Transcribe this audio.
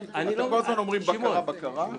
אתם כל הזמן אומרים "בקרה" "בקרה".